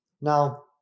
Now